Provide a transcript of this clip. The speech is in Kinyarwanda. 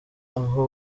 aho